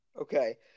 Okay